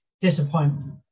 disappointment